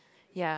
ya